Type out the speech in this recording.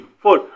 four